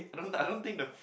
I don't I don't think the